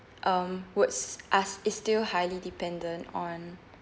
um would s~ are is still highly dependent on